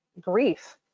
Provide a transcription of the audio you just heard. grief